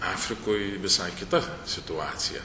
afrikoj visai kita situacija